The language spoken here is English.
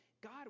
god